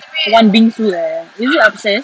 want bingsoo leh is it upstairs